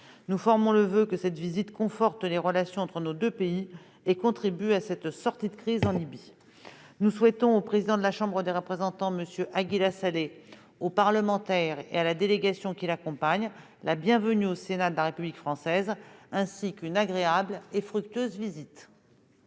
Nous formons le voeu que cette visite conforte les relations entre nos deux pays et contribue à cette sortie de crise en Libye. Nous souhaitons au président de la Chambre des représentants, M. Aguila Saleh, aux parlementaires et à la délégation qui l'accompagnent la bienvenue au Sénat de la République française, ainsi qu'une agréable et fructueuse visite.